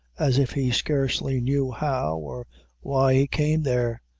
as if he scarcely knew how or why he came there,